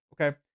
okay